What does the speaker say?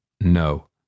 No